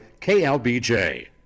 KLBJ